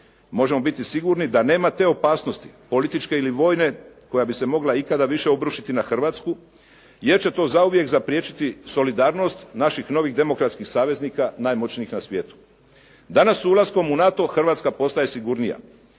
Možemo biti sigurni da nema te opasnosti političke ili vojne koja bi se mogla ikada više obrušiti na Hrvatsku jer će to zauvijek zapriječiti solidarnost naših novih demokratskih saveznika najmoćnijih na svijetu. Danas ulaskom u NATO Hrvatska postaje sigurnija.